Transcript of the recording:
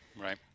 Right